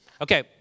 Okay